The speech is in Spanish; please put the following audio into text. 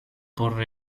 por